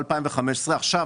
עכשיו,